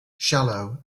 shallow